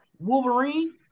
Wolverine